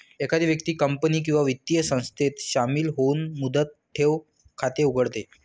एखादी व्यक्ती कंपनी किंवा वित्तीय संस्थेत शामिल होऊन मुदत ठेव खाते उघडते